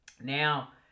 Now